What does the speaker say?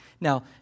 Now